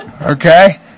Okay